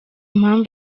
mpamvu